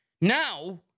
now